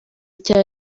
cya